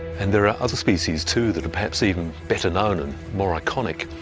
and there are other species too that are perhaps even better-known and more iconic.